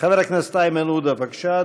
חבר הכנסת איימן עודה, בבקשה.